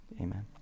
Amen